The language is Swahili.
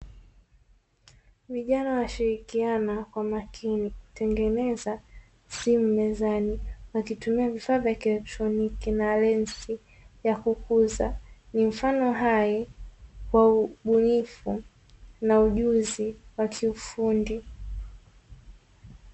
Vijana wakishirikiana kwa makini kutengeneza simu mezani kwa kutumia vifaa vya kielektroniki na lensi ya kukuza, ni mfano hai wa ubunifu na ujuzi wa kiufundi.